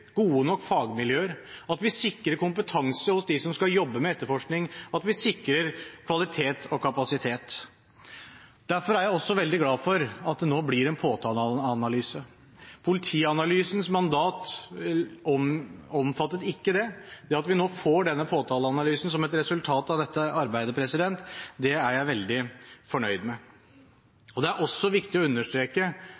gode nok fagmiljøer, at vi sikrer kompetanse hos dem som skal jobbe med etterforskning, at vi sikrer kvalitet og kapasitet. Derfor er jeg også veldig glad for at det nå blir en påtaleanalyse. Politianalysens mandat omfattet ikke det. Det at vi nå får denne påtaleanalysen som et resultat av dette arbeidet, er jeg veldig fornøyd med. Det er også viktig å understreke